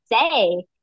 say